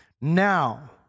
now